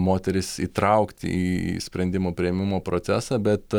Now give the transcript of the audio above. moteris įtraukti į sprendimų priėmimo procesą bet